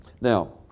Now